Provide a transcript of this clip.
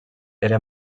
era